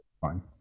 fine